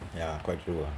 ya quite true ah